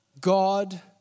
God